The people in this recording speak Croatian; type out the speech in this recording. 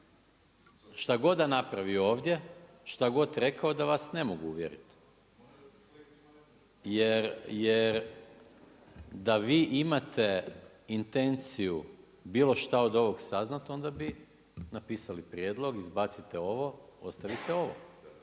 šta god da napravio ovdje, šta god rekao, ja vas ne mogu uvjeriti. Jer, da vi imate intenciju bilo što od ovog saznati, onda bi napisao prijedlog, izbacite ovo, ostavite ovo.